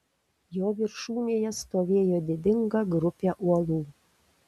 jo viršūnėje stovėjo didinga grupė uolų